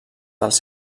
dels